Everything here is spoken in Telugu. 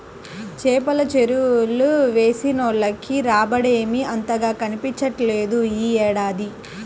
చేపల చెరువులు వేసినోళ్లకి రాబడేమీ అంతగా కనిపించట్లేదు యీ ఏడాది